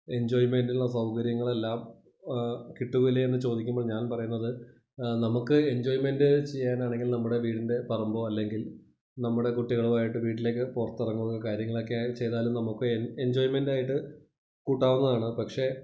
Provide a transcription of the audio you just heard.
എന്ജോയ്മെന്റിലുള്ള സൗകര്യങ്ങളെല്ലാം കിട്ടുമല്ലേ എന്ന് ചോദിക്കുമ്പോള് ഞാന് പറയുന്നത് നമ്മക്ക് എന്ജോയ്മെന്റ് ചെയ്യാനാണെങ്കില് നമ്മുടെ വീടിന്റെ പറമ്പോ അല്ലെങ്കില് നമ്മുടെ കുട്ടികളും ആയിട്ട് വീട്ടിലേക്ക് പുറത്ത് ഇറങ്ങുക കാര്യങ്ങൾ ഒക്കെയായി ചെയ്താലും നമുക്ക് എന്ജോയ്മെൻ്റ് ആയിട്ട് കൂട്ടാവുന്നതാണ് പക്ഷെ